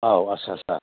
औ आस्सासा